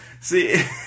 See